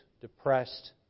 depressed